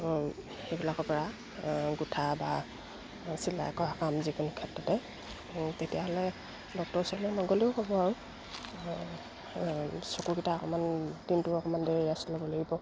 সেইবিলাকৰপৰা গোঁঠা বা চিলাই কৰা কাম যিকোনো ক্ষেত্ৰতে তেতিয়াহ'লে ডক্তৰৰ ওচৰলৈ নগ'লেও হ'ব আৰু চকুকেইটা অকণমান দিনটোৰ অকণমান দেৰি ৰেষ্ট ল'ব লাগিব